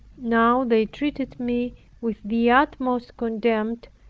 now they treated me with the utmost contempt,